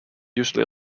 usually